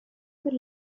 per